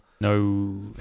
No